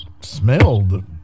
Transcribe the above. smelled